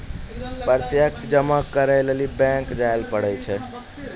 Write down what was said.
प्रत्यक्ष जमा करै लेली बैंक जायल पड़ै छै